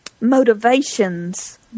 motivations